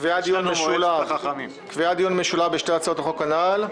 קביעת דיון משולב במליאה בשתי הצעות החוק הנ"ל.